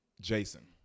Jason